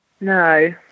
No